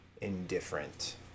indifferent